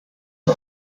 les